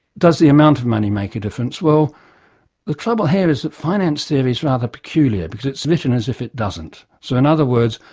does the amount of money make a difference? well the trouble here is that finance theory's rather peculiar, because it's written as if it doesn't. so in other words,